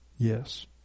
Yes